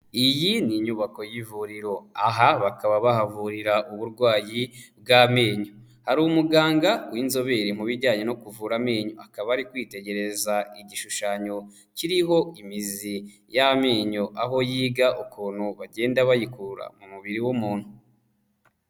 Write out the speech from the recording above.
Iyi ni inyubako y'ivuriro, aha bakaba bahavurira uburwayi bw'amenyo, hari umuganga w'inzobere mu bijyanye no kuvura amenyo akaba ari kwitegereza igishushanyo kiriho imizi y'amenyo, aho yiga ukuntu bagenda bayikura mu mubiri w'umuntu.